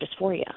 dysphoria